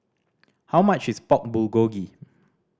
how much is Pork Bulgogi